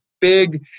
big